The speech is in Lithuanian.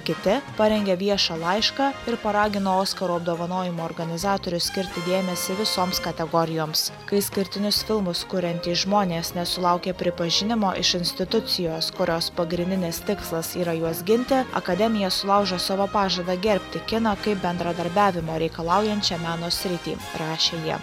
kiti parengė viešą laišką ir paragino oskaro apdovanojimų organizatorių skirti dėmesį visoms kategorijoms kai išskirtinius filmus kuriantys žmonės nesulaukia pripažinimo iš institucijos kurios pagrindinis tikslas yra juos ginti akademija sulaužo savo pažadą gerbti kiną kaip bendradarbiavimo reikalaujančią meno sritį rašė jie